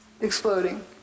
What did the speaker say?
exploding